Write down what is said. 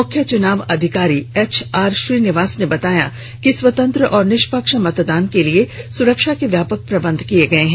मुख्य चुनाव अधिकारी एच आर श्रीनिवास ने बताया कि स्वतंत्र और निष्पक्ष मतदान के लिए सुरक्षा के व्यापक प्रबन्ध किए गए हैं